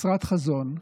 חסרת חזון,